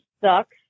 sucks